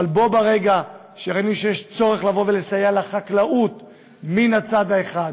אבל ברגע שראינו שיש צורך לסייע לחקלאות מן הצד האחד,